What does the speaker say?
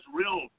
real